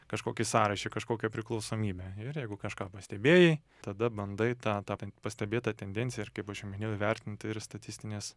kažkokį sąraišį kažkokią priklausomybę ir jeigu kažką pastebėjai tada bandai tą tą pan pastebėtą tendenciją ir kaip aš jau minėjau įvertinti ir statistinės